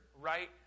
right